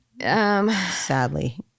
Sadly